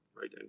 right